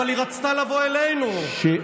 ביקשת לבוא ללשכה שלי.